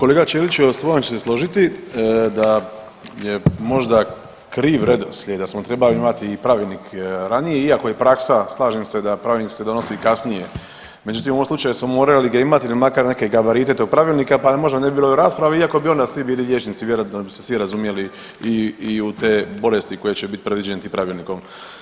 Kolega Ćeliću, evo s vama ću se složiti da je možda kriv redoslijed, da smo trebali imati i pravilnik ranije iako je praksa slažem se da pravilnik se donosi kasnije, međutim u ovom slučaju smo morali ga imati il makar neke gabarite tog pravilnika, pa možda ne bi bilo ni rasprave iako bi onda svi bili liječnici, vjerojatno bi se svi razumjeli i, i u te bolesti koje će bit predviđene tim pravilnikom.